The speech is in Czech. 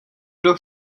kdo